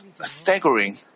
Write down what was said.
staggering